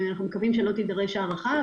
ואנחנו מקווים שלא תידרש הארכה.